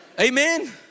Amen